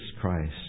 Christ